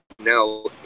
Now